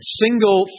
single